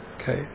Okay